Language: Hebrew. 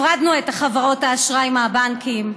הפרדנו את חברות האשראי מהבנקים.